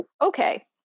Okay